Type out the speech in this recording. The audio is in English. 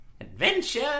Adventure